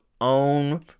own